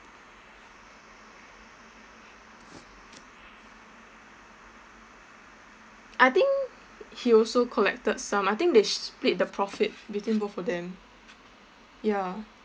I think he also collected some I think they split the profit between both of them ya